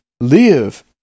Live